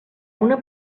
una